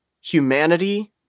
humanity